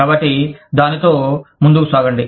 కాబట్టి దానితో ముందుకు సాగండి